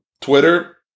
Twitter